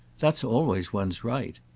that's always one's right.